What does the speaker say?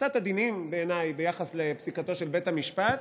הקצת-עדינים בעיניי, ביחס לפסיקתו של בית המשפט,